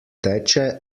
teče